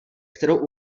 kterou